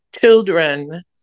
Children